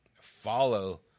follow